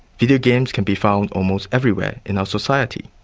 videogames can be found almost everywhere in our society,